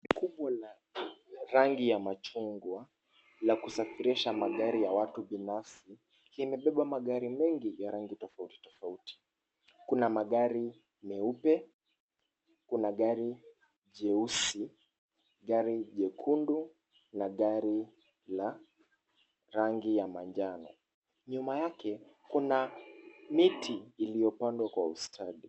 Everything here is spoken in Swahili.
Gari kubwa la rangi ya machungwa, la kusafirisha magari ya watu binafsi, limebeba magari mengi ya rangi tofautitofauti. Kuna magari meupe, kuna gari jeusi, gari jekundu na gari la rangi ya manjano. Nyuma yake kuna miti iliyopandwa kwa ustadi.